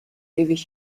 ewig